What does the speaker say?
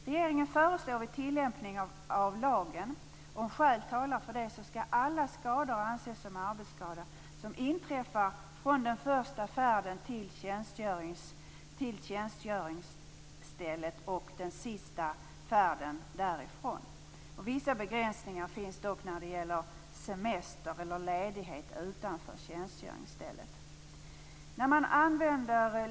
Regeringen föreslår att vid tillämpning av lagen skall, om skäl talar för det, alla skador som inträffar från den första färden till tjänstgöringsstället och t.o.m. den sista färden därifrån anses som arbetsskador. Vissa begränsningar finns dock när det gäller semester eller ledighet utanför tjänstgöringsstället.